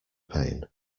pain